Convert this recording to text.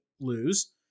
lose